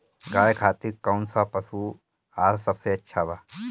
गाय खातिर कउन सा पशु आहार सबसे अच्छा बा?